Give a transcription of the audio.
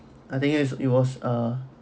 I think it is it was uh